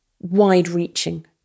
wide-reaching